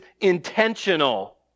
intentional